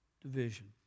division